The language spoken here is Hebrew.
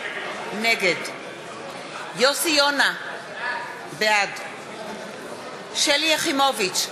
נגד יוסי יונה, בעד שלי יחימוביץ,